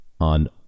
on